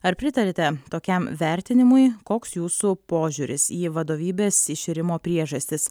ar pritariate tokiam vertinimui koks jūsų požiūris į vadovybės iširimo priežastis